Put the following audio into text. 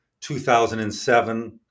2007